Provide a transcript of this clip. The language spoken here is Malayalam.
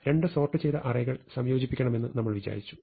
രണ്ടു സോർട്ട് ചെയ്ത അറേകൾ യോജിപ്പിക്കണമെന്ന് നമ്മൾ വിചാരിച്ചു